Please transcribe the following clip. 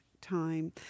Time